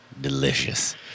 delicious